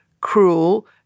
cruel